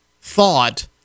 thought